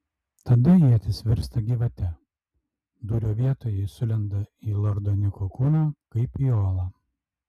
tada ietis virsta gyvate dūrio vietoje ji sulenda į lordo niko kūną kaip į olą